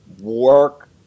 work